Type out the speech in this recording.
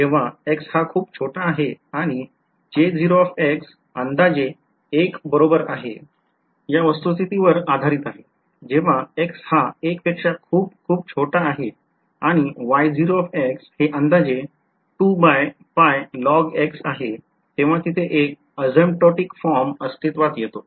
जेव्हा x हा खूप छोटा आहे आणि अंदाजे equal to 1 आहे या वस्तूस्थिती वर आधारित आहे जेव्हा x हा 1 पेक्षा खूप खूप छोटा आहे आणि हे अंदाजे आहे तेव्हा तिथे एक asymptotic फॉर्म अस्तित्वात येतो